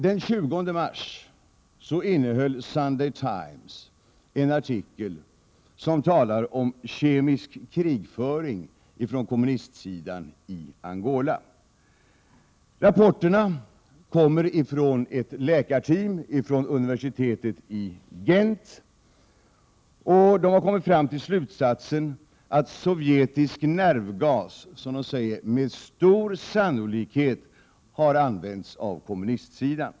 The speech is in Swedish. Den 20 mars innehöll nämligen Sunday Times en artikel som talar om kemisk krigföring från kommunistsidan i Angola. Rapporterna kommer från ett läkarteam från universitetet i Gent, och läkarna har kommit fram till slutsatsen att sovjetisk nervgas ”med stor sannolikhet” har använts av kommunistsidan.